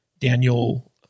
Daniel